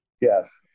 Yes